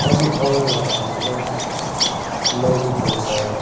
as we all know that होइन multi culture